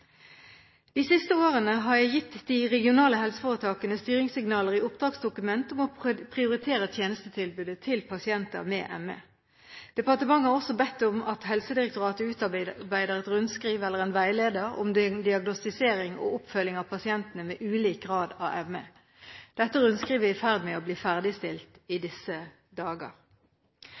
De siste årene har jeg gitt de regionale helseforetakene styringssignaler i Oppdragsdokumentet om å prioritere tjenestetilbudet til pasienter med ME. Departementet har også bedt Helsedirektoratet om å utarbeide et rundskriv eller en veileder om diagnostisering og oppfølging av pasienter med ulik grad av ME. Dette rundskrivet er i ferd med å bli ferdigstilt i disse dager.